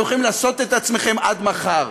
אתם יכולים לעשות את עצמכם עד מחר,